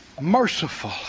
merciful